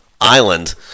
island